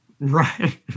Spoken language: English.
Right